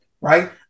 Right